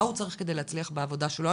מה הוא צריך כדי להצליח בעבודה שלו.